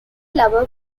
level